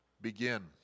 begin